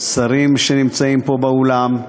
שרים שנמצאים פה באולם,